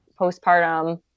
postpartum